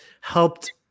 helped